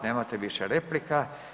Nemate više replika.